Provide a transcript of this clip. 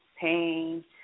pain